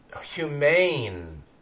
humane